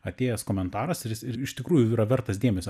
atėjęs komentaras ir jis ir iš tikrųjų yra vertas dėmesio